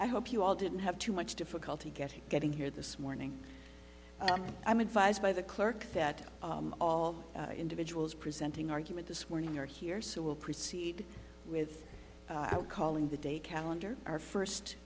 i hope you all didn't have too much difficulty getting getting here this morning i'm advised by the clerk that all individuals presenting argument this when you're here so we'll proceed with calling the day calendar our first